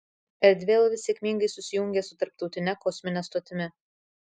erdvėlaivis sėkmingai susijungė su tarptautine kosmine stotimi